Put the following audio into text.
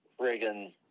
friggin